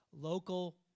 local